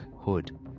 hood